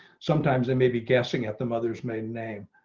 sometimes they may be guessing at the mother's maiden name.